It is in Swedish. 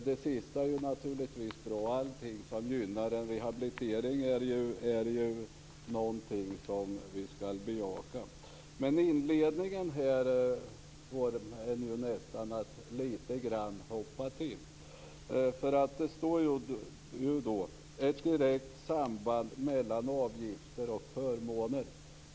Det sista är naturligtvis bra. Vi skall bejaka allt som gynnar rehabilitering. Men inledningen får mig nästan att hoppa till. Det skall ju vara ett direkt samband mellan avgifter och förmåner.